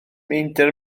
meindio